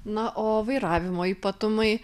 na o vairavimo ypatumai